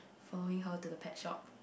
following her to the pet shop